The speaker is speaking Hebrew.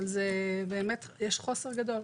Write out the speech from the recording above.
אבל באמת יש חוסר גדול.